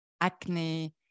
acne